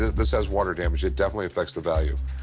this has water damage. it definitely affects the value.